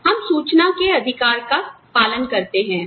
हम सूचना के अधिकार का पालन करते हैं